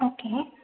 okay